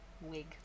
wig